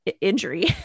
injury